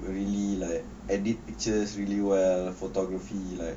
really like edit pictures really well photography like